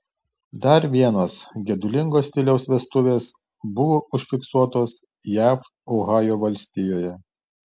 dar vienos gedulingo stiliaus vestuvės buvo užfiksuotos jav ohajo valstijoje